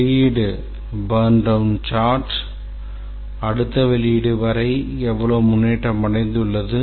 வெளியீடு burndown chart அடுத்த வெளியீடு வரை எவ்வளவு முன்னேற்றம் அடைந்துள்ளது